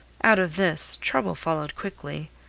out of this, trouble followed quickly.